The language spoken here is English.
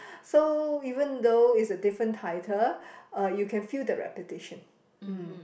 so even though it's a different title uh you can feel the repetition mm